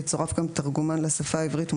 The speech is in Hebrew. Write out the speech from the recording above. יצור גם תרגומן לשפה העברית,